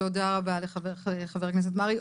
תודה רבה לחבר הכנסת מרעי.